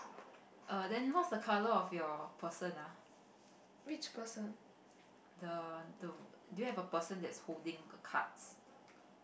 which person